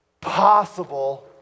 possible